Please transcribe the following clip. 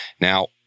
Now